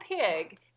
pig